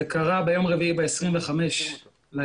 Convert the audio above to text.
זה קרה ביום רביעי ה-25 בנובמבר.